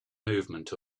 movement